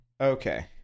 Okay